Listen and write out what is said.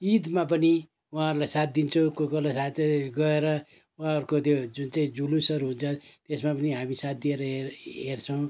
ईदमा पनि उहाँहरूलाई साथ दिन्छौँ कोही कोही साथै गएर उहाँहरूको त्यो जुन चाहिँ जुलुसहरू हुन्छ त्यसमा पनि हामी साथ दिएर हे हेर्छौँ